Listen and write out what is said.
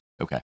Okay